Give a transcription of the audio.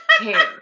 hair